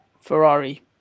Ferrari